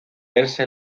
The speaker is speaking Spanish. verse